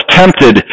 tempted